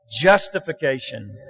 justification